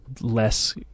less